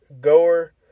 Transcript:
goer